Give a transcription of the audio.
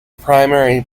primary